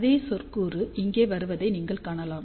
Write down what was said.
அதே சொற்கூறு இங்கே வருவதை நீங்கள் காணலாம்